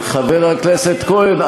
חבר הכנסת כהן,